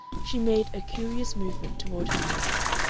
she made a curious movement toward her niece,